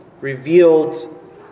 revealed